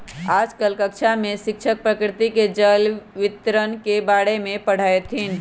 आज कक्षा में शिक्षक प्रकृति में जल वितरण के बारे में पढ़ईथीन